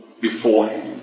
beforehand